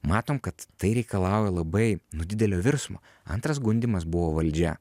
matom kad tai reikalauja labai nu didelio virsmo antras gundymas buvo valdžia